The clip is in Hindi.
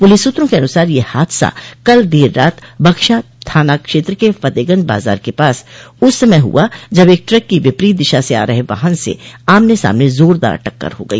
पुलिस सूत्रों के अनुसार यह हादस कल देर रात बख्शा थाना क्षेत्र के फतेहगंज बाजार के पास उस समय हुआ जब एक ट्रक की विपरीत दिशा से आ रहे वाहन से आमने सामने जोरदार टक्कर हो गई